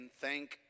thank